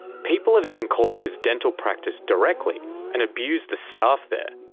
people have even called up his dental practice directly and abused the staff there.